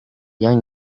yang